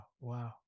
wow